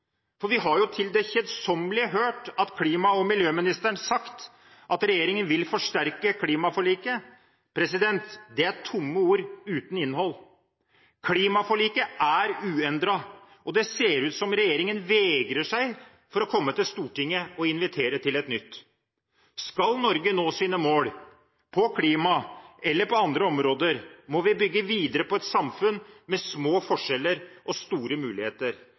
For vi har jo til det kjedsommelige hørt klima- og miljøministeren si at regjeringen vil forsterke klimaforliket. Det er tomme ord – uten innhold. Klimaforliket er uendret, og det ser ut som regjeringen vegrer seg mot å komme til Stortinget og invitere til et nytt. Skal Norge nå sine mål – innen klima eller på andre områder – må vi bygge videre på et samfunn med små forskjeller og store muligheter.